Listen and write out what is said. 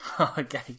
Okay